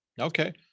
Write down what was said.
Okay